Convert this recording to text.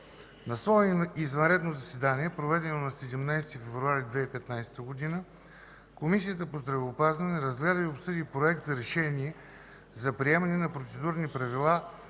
На свое извънредно заседание, проведено на 17 февруари 2015 г., Комисията по здравеопазването разгледа и обсъди Проект за решение за приемане на процедурни правила